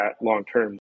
long-term